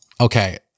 Okay